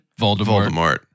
Voldemort